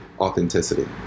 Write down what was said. authenticity